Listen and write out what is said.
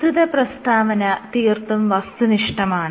പ്രസ്തുത പ്രസ്താവന തീർത്തും വസ്തുനിഷ്ഠമാണ്